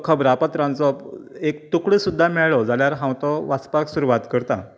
खबरां पत्रांचो एक तुकडो सुद्दां मेळ्ळो जाल्यार हांव तो वाचपाक सुरवात करतां